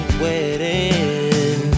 wedding